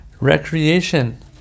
Recreation